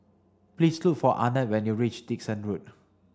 please look for Arnett when you reach Dickson Road